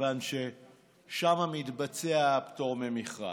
מכיוון ששם מתבצע הפטור ממכרז.